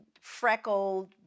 freckled